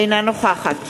אינה נוכחת